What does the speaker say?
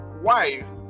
wife